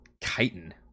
chitin